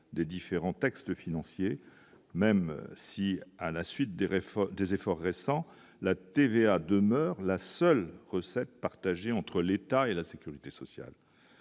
des différents textes financiers, même si à la suite des réformes des efforts récents la TVA demeure la seule recette partagée entre l'État et la sécurité sociale,